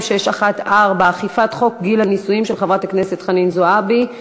2614 של חברת הכנסת חנין זועבי: אכיפת חוק גיל הנישואין.